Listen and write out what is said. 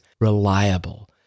reliable